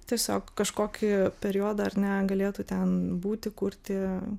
tiesiog kažkokį periodą ar ne galėtų ten būti kurti